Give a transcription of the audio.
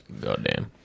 Goddamn